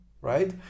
right